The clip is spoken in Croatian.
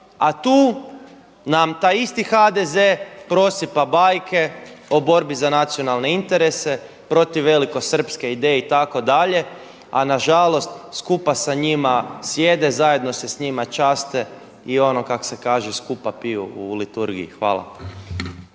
a tu nam taj isti HDZ-e prosipa bajke o borbi za nacionalne interese, protiv velikosrpske ideje itd., a na žalost, skupa sa njima sjede, zajedno s njima se časte i ono kako se kaže skupa piju u liturgiji. Hvala.